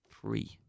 Three